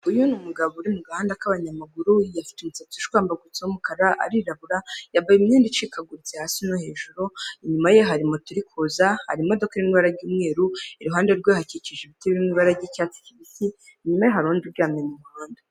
Uyu ni umugabo uri mu gahanga k'abanyamaguru afite umusatsi ushwambagutse w'umukara arirabura yambaye imyenda icikaguritse hasi no hejuru, inyuma ye hari moto iri kuza harimoka iri mu ibara ry'umweru, iruhande rwe hahakikije ibiti birimo ibara ry'icyatsi kibisi, inyuma' harI Undi uryamye mu muhanda.